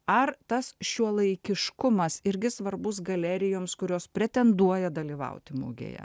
ar tas šiuolaikiškumas irgi svarbus galerijoms kurios pretenduoja dalyvauti mugėje